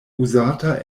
uzata